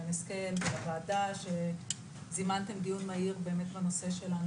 שרן השכל ולוועדה שזימנתם דיון מהיר בנושא שלנו